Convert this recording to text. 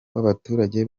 w’abaturage